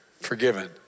forgiven